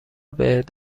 بهت